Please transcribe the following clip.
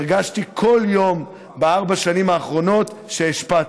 שהרגשתי כל יום בארבע השנים האחרונות שהשפעתי,